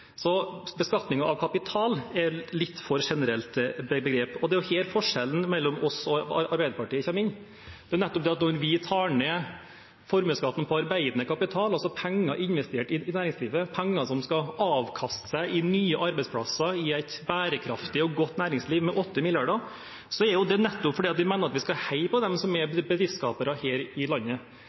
Så «beskatning av kapital» er et litt for generelt begrep. Det er her forskjellen mellom oss og Arbeiderpartiet kommer inn. Når vi tar ned formuesskatten på arbeidende kapital, altså penger investert i næringslivet, penger som skal gi avkastning i nye arbeidsplasser i et bærekraftig og godt næringsliv, med 8 mrd. kr, er det nettopp fordi vi mener at vi skal heie på dem som er bedriftsskapere her i landet.